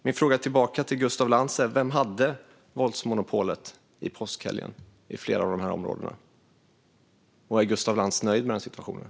Min fråga till Gustaf Lantz är: Vem hade våldsmonopolet i påskhelgen i flera av de här områdena? Är Gustaf Lantz nöjd med den situationen?